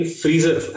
freezer